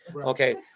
Okay